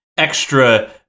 extra